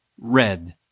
red